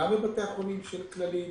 גם בבתי החולים של כללית,